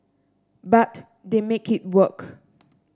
but they make it work